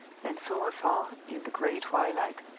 and saw afar, in the gray twilight,